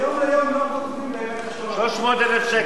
"מיום ליום" לא, 300,000 שקל.